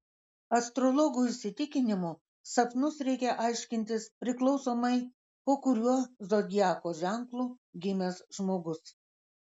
astrologų įsitikinimu sapnus reikia aiškintis priklausomai po kuriuo zodiako ženklu gimęs žmogus